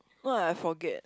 not that I forget